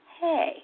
Hey